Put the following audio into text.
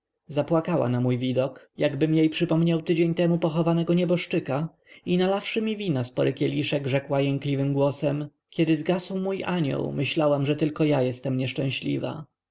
zapłakała na mój widok jakbym jej przypomniał tydzień temu pochowanego nieboszczyka i nalawszy mi wina spory kieliszek rzekła jękliwym głosem kiedy zgasł mój anioł myślałam że tylko ja jestem nieszczęśliwa